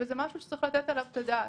שזה משהו שצריך לתת עליו את הדעת.